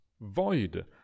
void